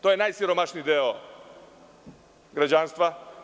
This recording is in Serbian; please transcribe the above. To je najsiromašniji deo građanstva.